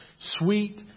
sweet